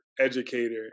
educator